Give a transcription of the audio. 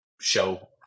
show